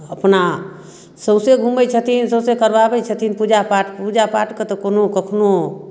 अपना सौँसे घूमैत छथिन सौँसे करवाबैत छथिन पूजापाठ पूजापाठके तऽ कोनो कखनहु